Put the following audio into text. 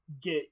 get